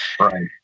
Right